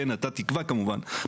ואתה תקבע כמובן,